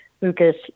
Lucas